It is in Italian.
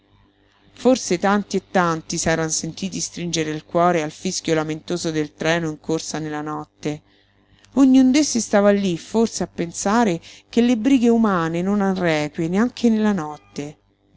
forse tanti e tanti s'eran sentiti stringere il cuore al fischio lamentoso del treno in corsa nella notte ognun d'essi stava lí forse a pensare che le brighe umane non han requie neanche nella notte